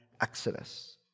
Exodus